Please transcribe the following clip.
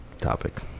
topic